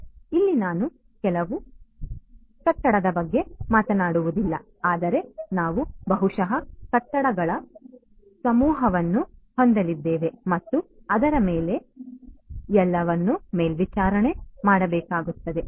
ಆದ್ದರಿಂದ ಇಲ್ಲಿ ನಾವು ಕೇವಲ ಒಂದು ಕಟ್ಟಡದ ಬಗ್ಗೆ ಮಾತನಾಡುವುದಿಲ್ಲ ಆದರೆ ನಾವು ಬಹುಶಃ ಕಟ್ಟಡಗಳ ಸಮೂಹವನ್ನು ಹೊಂದಲಿದ್ದೇವೆ ಮತ್ತು ಅದರ ಮೇಲೆ ಎಲ್ಲವನ್ನು ಮೇಲ್ವಿಚಾರಣೆ ಮಾಡಬೇಕಾಗುತ್ತದೆ